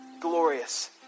glorious